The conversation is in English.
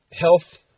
health